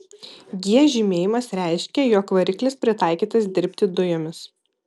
g žymėjimas reiškė jog variklis pritaikytas dirbti dujomis